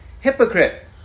hypocrite